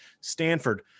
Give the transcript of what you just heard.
Stanford